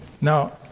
Now